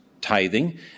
tithing